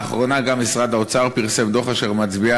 לאחרונה גם משרד האוצר פרסם דוח אשר מצביע